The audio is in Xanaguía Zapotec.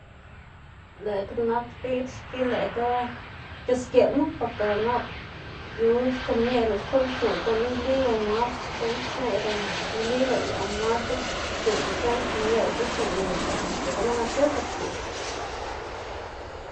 Lëꞌkga nak diꞌdz xki lëꞌkga c̲h̲usgeꞌma porke nap yu xkomieꞌrlá xkuꞌn xneꞌ guꞌn nli o masc̲h̲a guꞌn xneꞌda nli lëꞌla masc̲h̲a xneꞌga x̱iꞌk xneꞌ xkomierla xnu xneꞌ y lëꞌlá lëꞌ gunu nka gilgusgeꞌ.